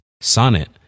Sonnet